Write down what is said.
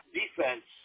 defense